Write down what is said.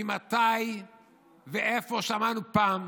ממתי ואיפה שמענו פעם